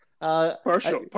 partial